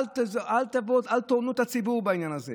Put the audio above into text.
אל תונו את הציבור בעניין הזה.